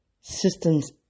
systems